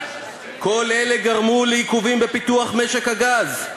אתה קורא מהדוח של 2015. כל אלה גרמו לעיכובים בפיתוח משק הגז,